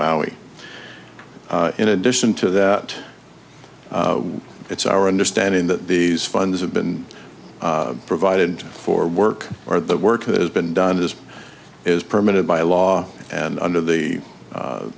maui in addition to that it's our understanding that these funds have been provided for work or the work has been done as is permitted by law and under the a